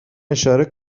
اشاره